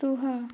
ରୁହ